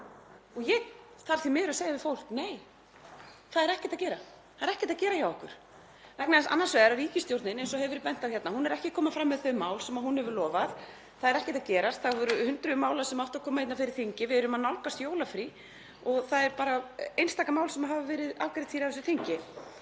Ég þarf því miður að segja við fólk: Nei, það er ekkert að gera. Það er ekkert að gera hjá okkur. Ríkisstjórnin, eins og hefur verið bent á hérna, er ekki að koma fram með þau mál sem hún hefur lofað. Það er ekkert að gerast. Það voru hundruð mála sem áttu að koma hérna fyrir þingið. Við erum að nálgast jólafrí og það eru bara einstaka mál sem hafa verið afgreidd á þessu þingi.